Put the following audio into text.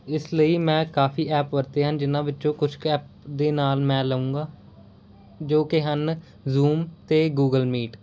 ਇਸ ਲਈ ਮੈਂ ਕਾਫੀ ਐਪ ਵਰਤੇ ਹਨ ਜਿਹਨਾਂ ਵਿੱਚੋਂ ਕੁਛ ਕੁ ਐਪ ਦੇ ਨਾਮ ਮੈਂ ਲਊਂਗਾ ਜੋ ਕਿ ਹਨ ਜ਼ੂਮ ਅਤੇ ਗੂਗਲ ਮੀਟ